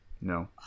No